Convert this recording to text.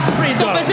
freedom